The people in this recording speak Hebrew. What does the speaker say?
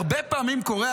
הרבה פעמים קורה,